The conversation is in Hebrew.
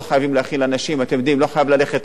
לא חייבים ללכת לא לקצה הזה ולא לקצה הזה.